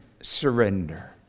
surrender